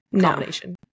combination